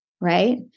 right